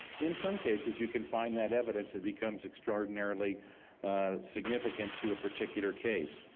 in some cases you can find that evidence it becomes extraordinarily significant to a particular case.